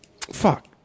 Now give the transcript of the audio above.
Fuck